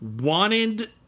wanted